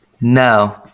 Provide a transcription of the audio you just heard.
No